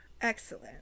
Excellent